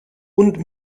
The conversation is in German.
und